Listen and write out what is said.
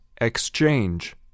exchange